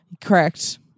Correct